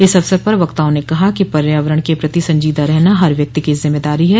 इस अवसर पर वक्ताओं ने कहा कि पर्यावरण के प्रति संजीदा रहना हर व्यक्ति की जिम्मेदारी है